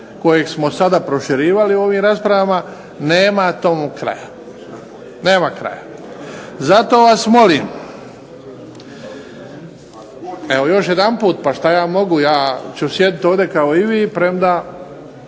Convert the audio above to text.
koji smo sada proširivali u ovim raspravama, nema tome kraja. Nema kraja. Zato vas molim evo još jedanput pa što ja mogu ja ću sjediti ovdje kao i vi premda